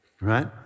right